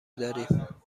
داریم